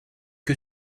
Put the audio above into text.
que